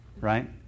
right